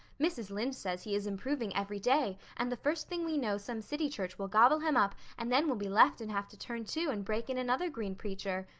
mrs. lynde says he is improving every day and the first thing we know some city church will gobble him up and then we'll be left and have to turn to and break in another green preacher.